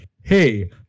hey